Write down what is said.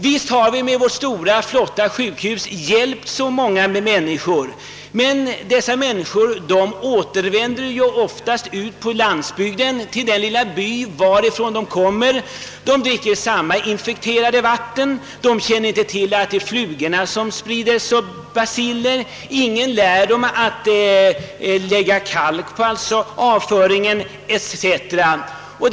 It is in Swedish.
Visst har vi med våra stora, flotta sjukhus hjälpt många människor, men dessa människor återvänder oftast ut på landsbygden till den lilla by varifrån de kommer, de dricker samma infekterade vatten, de känner inte till att det är flugorna som sprider baciller, ingen lär dem att lägga kalk på avföringen etc.